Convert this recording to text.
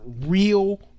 real